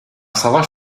savaş